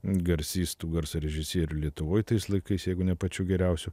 garsistų garso režisierių lietuvoj tais laikais jeigu ne pačiu geriausiu